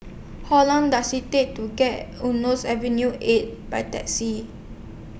How Long Does IT Take to get to Eunos Avenue eight By Taxi